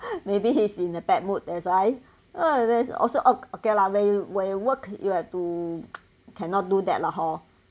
maybe he's in a bad mood that's why oh there's also okay okay lah when you when you work you have to cannot do that lah hor